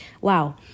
Wow